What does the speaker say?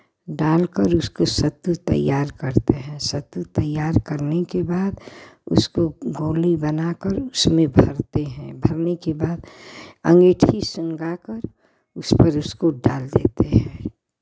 डाल कर उसका सत्तू तैयार करते हैं सत्तू तैयार करने के बाद उसको गोली बना कर उसमें भरते हैं भरने के बाद अंगीठी सुलगा कर उस पर इसको डाल देते हैं